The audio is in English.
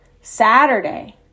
Saturday